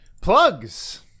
Plugs